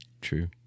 True